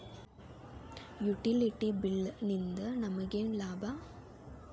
Utility bill ನಿಂದ್ ನಮಗೇನ ಲಾಭಾ?